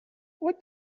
what